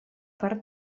per